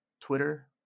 Twitter